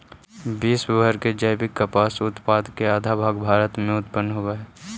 विश्व भर के जैविक कपास उत्पाद के आधा भाग भारत में उत्पन होवऽ हई